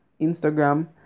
Instagram